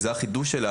זה החידוש שלה,